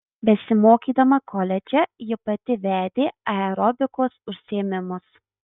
besimokydama koledže ji pati vedė aerobikos užsiėmimus